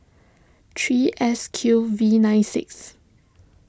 three S Q V nine six